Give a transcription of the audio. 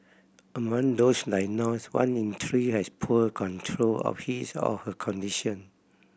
among those diagnosed one in three has poor control of his or her condition